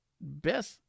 best